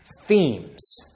themes